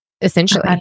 essentially